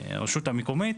הרשות המקומית.